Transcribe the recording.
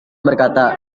berkata